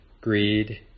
greed